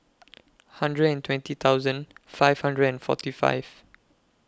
hundred and twenty thousand five hundred and forty five